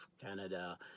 Canada